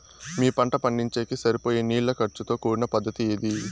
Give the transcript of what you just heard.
మీ పంట పండించేకి సరిపోయే నీళ్ల ఖర్చు తో కూడిన పద్ధతి ఏది?